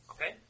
Okay